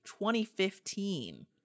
2015